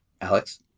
Alex